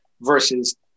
versus